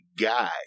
guy